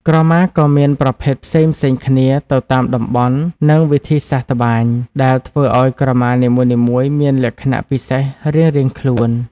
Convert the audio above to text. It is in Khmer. ក្រមាក៏មានប្រភេទផ្សេងៗគ្នាទៅតាមតំបន់ និងវិធីសាស្រ្តត្បាញ ដែលធ្វើឲ្យក្រមានីមួយៗមានលក្ខណៈពិសេសរៀងៗខ្លួន។